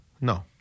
No